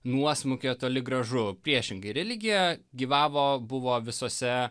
nuosmukio toli gražu priešingai religija gyvavo buvo visose